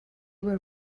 were